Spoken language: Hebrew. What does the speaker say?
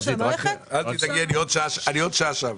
עוד שעה אני שם.